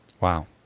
Wow